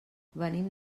venim